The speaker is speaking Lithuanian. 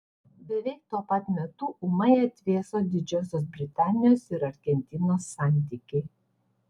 beveik tuo pat metu ūmai atvėso didžiosios britanijos ir argentinos santykiai